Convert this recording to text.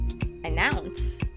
Announce